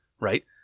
right